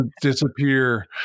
disappear